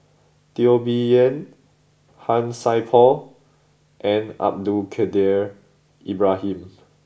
Teo Bee Yen Han Sai Por and Abdul Kadir Ibrahim